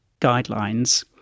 guidelines